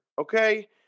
okay